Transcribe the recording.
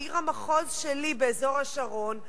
עיר המחוז שלי באזור השרון.